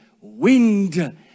wind